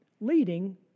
leading